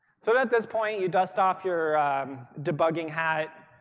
so at this point, you dust off your debugging hat,